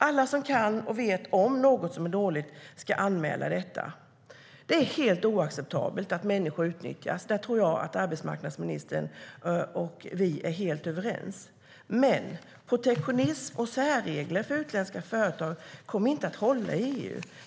Alla som kan och vet om något som är dåligt ska anmäla detta. Men protektionism och särregler för utländska företag kommer inte att hålla i EU.